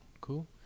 Cool